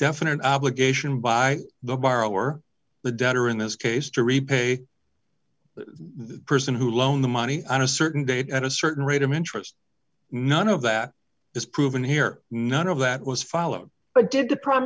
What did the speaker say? definite obligation by the borrower the debtor in this case to repay the person who loan the money on a certain date at a certain rate of interest none of that is proven here none of that was followed but did the pr